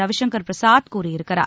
ரவிசங்கர் பிரசாத் கூறியிருக்கிறார்